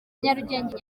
nyarugenge